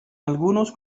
algunos